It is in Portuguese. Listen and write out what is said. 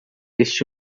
este